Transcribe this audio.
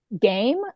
game